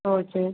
okay